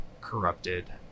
corrupted